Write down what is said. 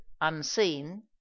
unseen